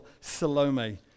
Salome